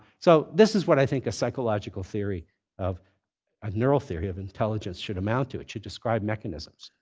so this is what i think a psychological theory of a neural theory of intelligence should amount to. it should describe mechanisms.